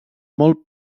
molt